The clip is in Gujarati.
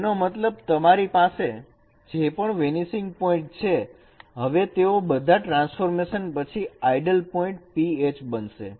તેનો મતલબ તમારી પાસે જે પણ વેનીસિંગ પોઇન્ટ છે હવે તેઓ બધા આ ટ્રાન્સફોર્મેશન પછી આઇડલ પોઇન્ટ p H બનશે